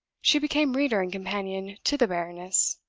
she became reader and companion to the baroness.